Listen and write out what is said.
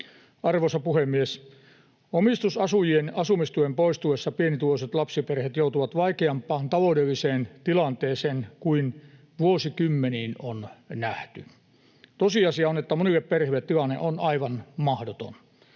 Arvoisa puhemies! Omistusasujien asumistuen poistuessa pienituloiset lapsiperheet joutuvat vaikeampaan taloudelliseen tilanteeseen kuin vuosikymmeniin on nähty. Tosiasia on, että monille perheille tilanne on aivan mahdoton.